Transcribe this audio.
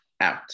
out